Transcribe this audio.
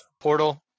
Portal